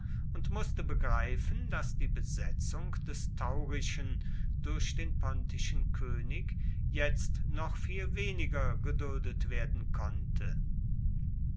und mußte begreifen daß die besetzung des taurischen durch den pontischen könig jetzt noch viel weniger geduldet werden konnte